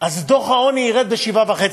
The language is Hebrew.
אז דוח העוני ירד ב-7.5%.